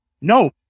No